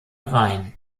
rhein